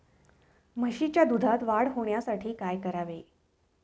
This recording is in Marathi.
म्हशीच्या दुधात वाढ होण्यासाठी काय करावे?